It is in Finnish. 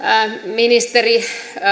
ministeri